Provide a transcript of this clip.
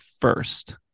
first